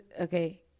okay